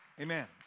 amen